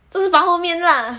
就是拔后面 lah